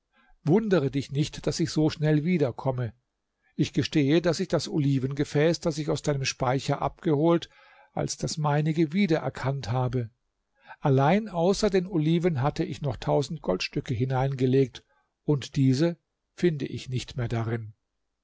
wundere dich nicht daß ich so schnell wiederkomme ich gestehe daß ich das olivengefäß das ich aus deinem speicher abgeholt als das meinige wieder erkannt habe allein außer den oliven hatte ich noch tausend goldstücke hineingelegt und diese finde ich nicht mehr darin